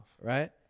Right